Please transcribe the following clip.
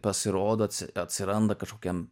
pasirodo atsiranda kažkokiam